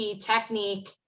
technique